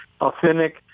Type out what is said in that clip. authentic